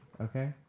Okay